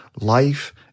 life